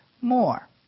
more